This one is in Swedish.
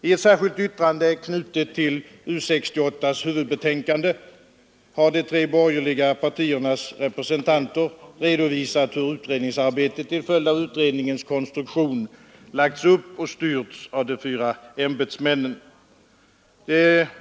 I ett särskilt yttrande, knutet till U 68:s huvudbetänkande, har de tre borgerliga partiernas representanter redovisat hur utredningsarbetet till följd av utredningens konstruktion lagts upp och styrts av de fyra ämbetsmännen.